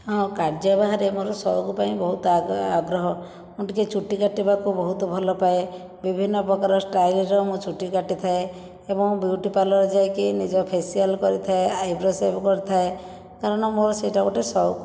ହଁ କାର୍ଯ୍ୟ ବାହାରେ ମୋର ସଉକ ପାଇଁ ବହୁତ ଆ ଆଗ୍ରହ ମୁଁ ଟିକେ ଚୁଟି କାଟିବାକୁ ବହୁତ ଭଲ ପାଏ ବିଭିନ୍ନ ପ୍ରକାର ଷ୍ଟାଇଲର ମୁଁ ଚୁଟି କଟିଥାଏ ଏବଂ ବିୟୁଟି ପାର୍ଲର ଯାଇକି ନିଜ ଫେସିଆଲ କରିଥାଏ ଆଇବ୍ରୋ ସେପ୍ କରିଥାଏ କାରଣ ମୋର ସେଟା ଗୋଟିଏ ସଉକ